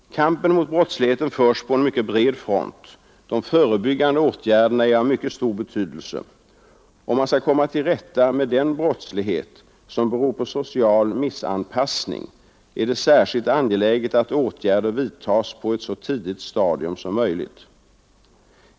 Kampen mot brottsligheten förs på en mycket bred front. De förebyggande åtgärderna är av mycket stor betydelse. Om man skall komma till rätta med den brottslighet som beror på social missanpassning, är det särskilt angeläget att åtgärder vidtas på ett så tidigt stadium som möjligt.